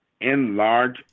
enlarge